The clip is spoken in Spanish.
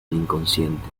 inconsciente